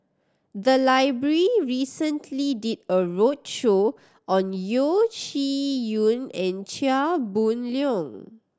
the library recently did a roadshow on Yeo Shih Yun and Chia Boon Leong